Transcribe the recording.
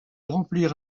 remplir